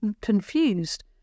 confused